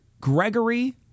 Gregory